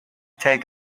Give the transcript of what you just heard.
take